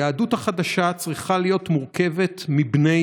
היהדות החדשה צריכה להיות מורכבת מבני